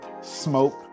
Smoke